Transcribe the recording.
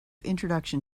introduction